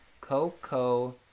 Coco